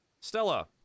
Stella